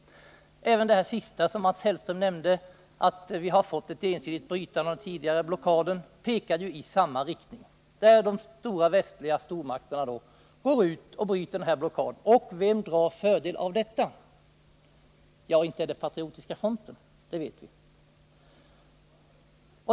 Även det sista som Mats Hellström nämnde, att vi har fått ett ensidigt brytande av den tidigare blockaden, pekar i samma riktning, där de västliga stormakterna går ut och bryter blockaden. Och vem drar fördel av detta? Ja, inte är det Patriotiska fronten — det vet vi.